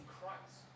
Christ